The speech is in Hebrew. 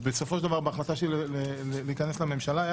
בסופו של דבר ההחלטה שלי אם להיכנס לממשלה הייתה